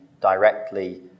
Directly